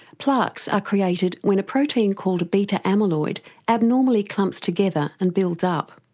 plaques are created when a protein called beta amyloid abnormally clumps together and builds up.